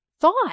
thought